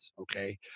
Okay